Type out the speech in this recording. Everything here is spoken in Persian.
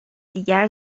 دیگر